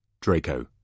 Draco